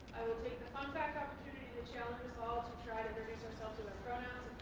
i will take the fun fact opportunity to challenge us all to try to introduce ourselves with our pronouns